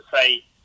say